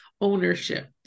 ownership